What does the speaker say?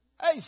hey